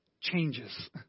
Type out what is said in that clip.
changes